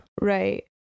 Right